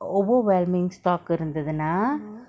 overwhelming stock இருந்துதுனா:irunthuthuna